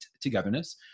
Togetherness